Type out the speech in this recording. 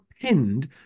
pinned